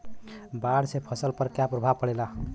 बाढ़ से फसल पर क्या प्रभाव पड़ेला?